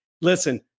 listen